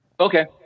Okay